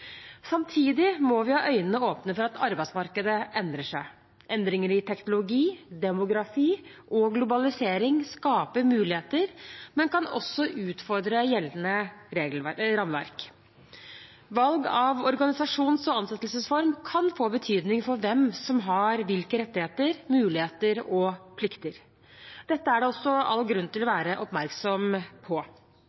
Samtidig må vi ha øynene åpne for at arbeidsmarkedet endrer seg. Endringer i teknologi, demografi og globalisering skaper muligheter, men kan også utfordre gjeldende rammeverk. Valg av organisasjons- og ansettelsesform kan få betydning for hvem som har hvilke rettigheter, muligheter og plikter. Dette er det også all grunn til å